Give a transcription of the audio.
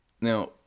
Now